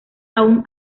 aún